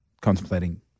contemplating